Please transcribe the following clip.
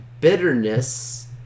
Bitterness